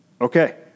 Okay